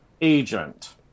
agent